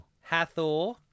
Hathor